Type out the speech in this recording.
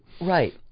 Right